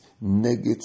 negative